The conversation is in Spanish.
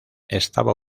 estaba